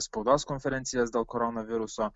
spaudos konferencijas dėl koronaviruso